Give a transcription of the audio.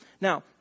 Now